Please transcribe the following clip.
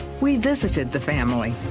we visited the family.